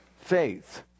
faith